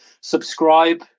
subscribe